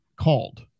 called